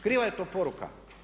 Kriva je to poruka.